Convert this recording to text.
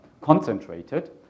concentrated